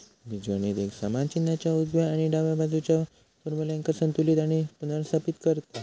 बीजगणित एक समान चिन्हाच्या उजव्या आणि डाव्या बाजुच्या फार्म्युल्यांका संतुलित आणि पुनर्स्थापित करता